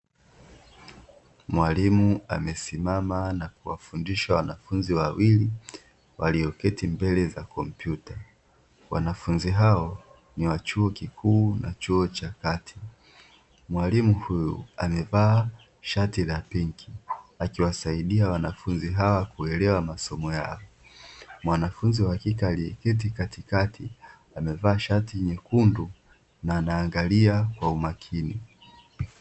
Mwalimu amesimama na kuwafundisha wanafunzi wawili, walioketi mbele za kompyuta, wanafunzi hao ni wa chuo kikuu na chuo cha kati, mwalimu huyu amevaa shati la pinki, akiwasaidia wanafunzi hawa kuelewa masomo yao, mwanafunzi wa kike aliyeketi katikati amevaa shati nyekundu na anaangalia kwa umakini.